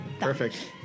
Perfect